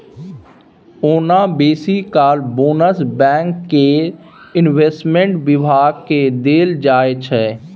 ओना बेसी काल बोनस बैंक केर इंवेस्टमेंट बिभाग केँ देल जाइ छै